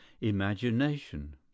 imagination